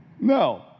No